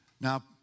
Now